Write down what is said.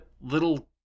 little